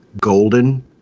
Golden